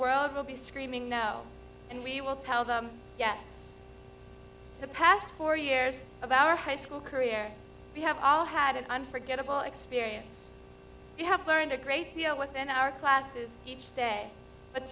world will be screaming no and we will tell them yes the past four years of our high school career we have all had an unforgettable experience we have learned a great deal within our classes each day but